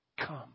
come